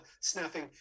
snapping